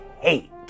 hate